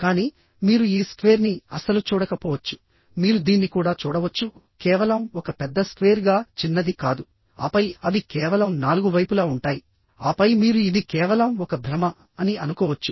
కానీ మీరు ఈ స్క్వేర్ని అస్సలు చూడకపోవచ్చు మీరు దీన్ని కూడా చూడవచ్చు కేవలం ఒక పెద్ద స్క్వేర్ గా చిన్నది కాదు ఆపై అవి కేవలం నాలుగు వైపులా ఉంటాయి ఆపై మీరు ఇది కేవలం ఒక భ్రమ అని అనుకోవచ్చు